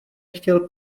chtěl